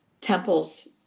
temples